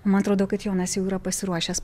man atrodo kad jonas jau yra pasiruošęs